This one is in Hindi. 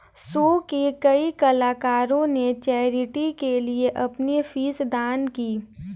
शो के कई कलाकारों ने चैरिटी के लिए अपनी फीस दान की